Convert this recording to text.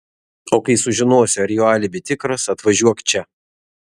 o kai sužinosi ar jo alibi tikras atvažiuok čia